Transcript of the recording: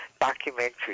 documentary